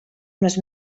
unes